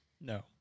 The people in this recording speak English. No